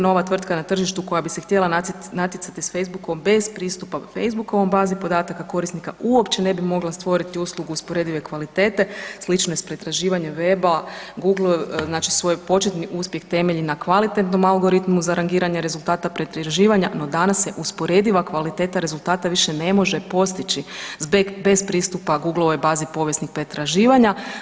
Nova tvrtka na tržištu koja bi se htjela natjecati s Facebook-om bez pristupa Facebook-ovoj bazi korisnika uopće ne bi mogla stvoriti uslugu usporedive kvalitete slične s pretraživanjem weba, Google znači svoj početni uspjeh temelji na kvalitetnom algoritmu za rangiranje rezultata pretraživanja no danas se usporediva kvaliteta rezultata više ne može postići bez pristupa Google-ovoj bazi povijesnih potraživanja.